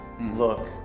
look